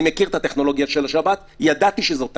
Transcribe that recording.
אני מכיר את הטכנולוגיה של השב"כ, ידעתי שזו תקלה.